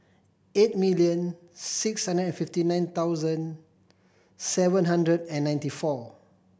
eight million six hundred and fifty nine thousand seven hundred and ninety four